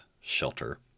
Shelter